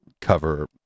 cover